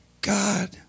God